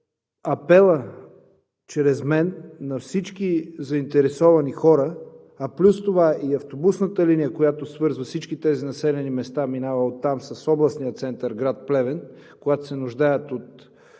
Апелът чрез мен на всички заинтересовани хора, а плюс това и автобусната линия, която свързва всички тези населени места с областния център – град Плевен, минава оттам,